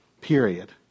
period